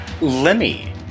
Lemmy